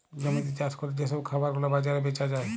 জমিতে চাষ ক্যরে যে সব খাবার গুলা বাজারে বেচা যায়